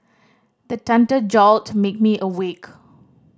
the thunder jolt make me awake